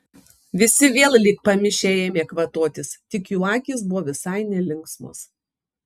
visi vėl lyg pamišę ėmė kvatotis tik jų akys buvo visai nelinksmos